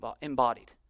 embodied